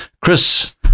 Chris